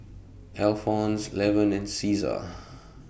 Alphons Levern and Ceasar